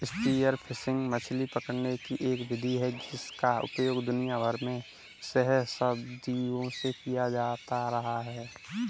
spear fishing मछली पकड़ने की एक विधि है जिसका उपयोग दुनिया भर में सहस्राब्दियों से किया जाता रहा है